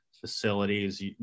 facilities